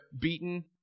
beaten